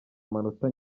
amanota